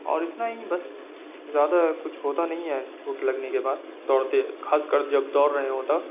اور اتنا ہی بس زیادہ کچھ ہوتا نہیں ہے چوٹ لگنے کے بعد دوڑتے خاص کر جب دوڑ رہے ہو تب